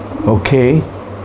Okay